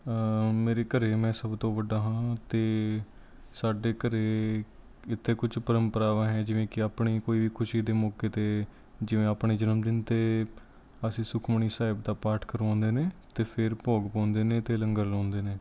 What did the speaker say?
ਮੇਰੇ ਘਰ ਮੈਂ ਸਭ ਤੋਂ ਵੱਡਾ ਹਾਂ ਅਤੇ ਸਾਡੇ ਘਰ ਕਿਤੇ ਕੁਛ ਪਰੰਪਰਾਵਾਂ ਹੈ ਜਿਵੇਂ ਕਿ ਆਪਣੇ ਕੋਈ ਵੀ ਖੁਸ਼ੀ ਦੇ ਮੌਕੇ 'ਤੇ ਜਿਵੇਂ ਆਪਣੇ ਜਨਮਦਿਨ 'ਤੇ ਅਸੀਂ ਸੁਖਮਨੀ ਸਾਹਿਬ ਦਾ ਪਾਠ ਕਰਵਾਉਂਦੇ ਨੇ ਅਤੇ ਫੇਰ ਭੋਗ ਪਾਉਂਦੇ ਨੇ ਅਤੇ ਲੰਗਰ ਲਾਉਂਦੇ ਨੇ